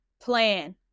plan